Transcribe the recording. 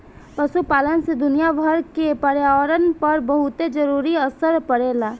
पशुपालन से दुनियाभर के पर्यावरण पर बहुते जरूरी असर पड़ेला